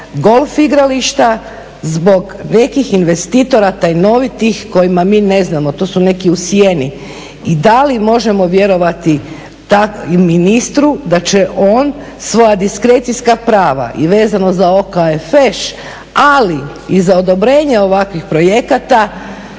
golf igrališta, zbog nekih investitora tajnovitih kojima mi ne znamo, to su neki u sjeni. I da li možemo vjerovati ministru da će on svoja diskrecijska prava i vezano za OKFŠ ali i za odobrenje ovakvih projekata